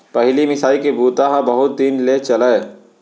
पहिली मिसाई के बूता ह बहुत दिन ले चलय